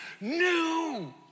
new